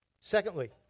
Secondly